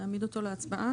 נעמיד אותו להצבעה.